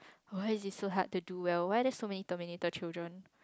why is it so hard to do well why are there so many terminator children